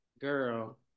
girl